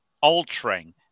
altering